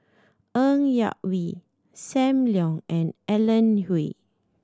Ng Yak Whee Sam Leong and Alan Oei